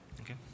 Okay